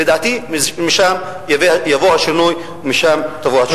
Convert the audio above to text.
לדעתי, משם יבוא השינוי ומשם תבוא הישועה.